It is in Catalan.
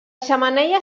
xemeneia